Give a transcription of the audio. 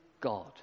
God